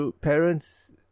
Parents